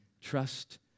trust